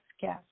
guest